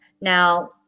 Now